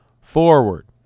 forward